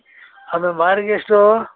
ಆಮೇಲೆ ಮಾರಿಗೆ ಎಷ್ಟು